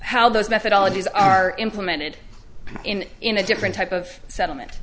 how those methodology is are implemented in in a different type of settlement